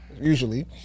Usually